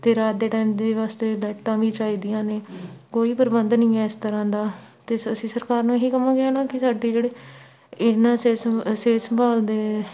ਅਤੇ ਰਾਤ ਦੇ ਟਾਈਮ ਦੇ ਵਾਸਤੇ ਲੈਟਾਂ ਵੀ ਚਾਹੀਦੀਆਂ ਨੇ ਕੋਈ ਪ੍ਰਬੰਧ ਨਹੀਂ ਹੈ ਇਸ ਤਰ੍ਹਾਂ ਦਾ ਅਤੇ ਅਸੀਂ ਸਰਕਾਰ ਨੂੰ ਇਹੀ ਕਵਾਂਗੇ ਹੈ ਨਾ ਕਿ ਸਾਡੇ ਜਿਹੜੇ ਇਹਨਾਂ ਸਿਹਤ ਸੰਭ ਸਿਹਤ ਸੰਭਾਲ ਦੇ